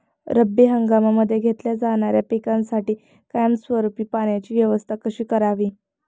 रब्बी हंगामामध्ये घेतल्या जाणाऱ्या पिकांसाठी कायमस्वरूपी पाण्याची व्यवस्था कशी करावी?